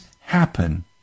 happen